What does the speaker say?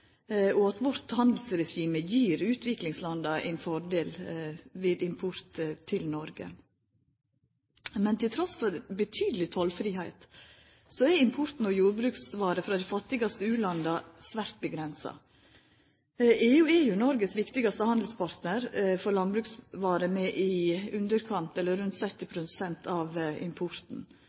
og at vårt handelsregime gir utviklingslanda ein fordel ved import til Noreg. Men trass i betydeleg tollfridom er importen av jordbruksvarer frå dei fattigaste u-landa svært avgrensa. EU er jo Noregs viktigaste handelspartnar for landbruksvarer, med rundt 70 pst. av importen.